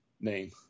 name